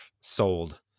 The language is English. sold